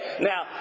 Now